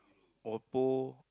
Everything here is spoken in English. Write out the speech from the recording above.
Oppo